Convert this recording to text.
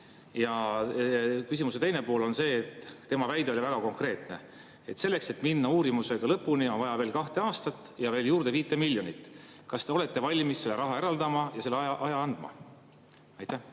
Ja küsimuse teine pool on see, et tema väide oli väga konkreetne: selleks, et minna uurimisega lõpuni, on vaja veel kahte aastat ja veel 5 miljonit. Kas te olete valmis selle raha eraldama ja selle aja andma? Aitäh,